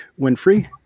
Winfrey